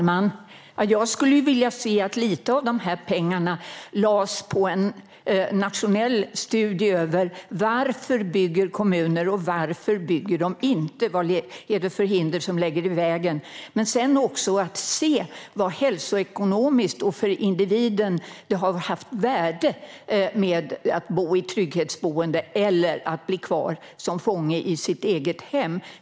Herr talman! Jag skulle vilja se att lite av dessa pengar lades på en nationell studie om varför kommuner bygger och varför de inte bygger. Vilka hinder är det som ligger i vägen? Men det skulle också vara bra att se vilket värde det har haft hälsoekonomiskt och för individen att bo i trygghetsboende i stället för att bli kvar som fånge i sitt eget hem.